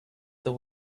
the